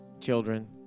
children